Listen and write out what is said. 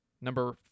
number